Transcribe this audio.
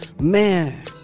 Man